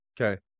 Okay